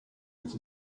that